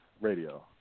radio